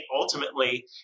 ultimately